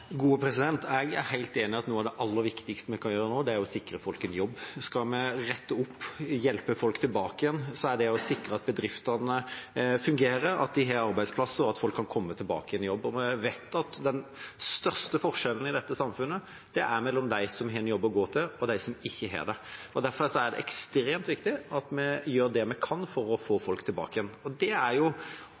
Jeg er helt enig i at noe av det aller viktigste vi kan gjøre nå, er å sikre folk en jobb. Skal vi rette opp og hjelpe folk tilbake igjen, må vi sikre at bedriftene fungerer, at de har arbeidsplasser, og at folk kan komme tilbake i jobb. Vi vet at den største forskjellen i dette samfunnet er mellom dem som har en jobb å gå til, og dem som ikke har det. Derfor er det ekstremt viktig at vi gjør det vi kan for å få folk tilbake igjen. Det er